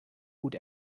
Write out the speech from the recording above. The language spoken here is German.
gut